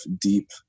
deep